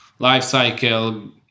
lifecycle